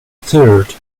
third